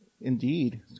Indeed